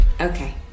Okay